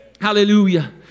Hallelujah